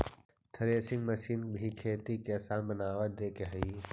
threshing machine भी खेती के आसान बना देके हइ